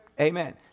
Amen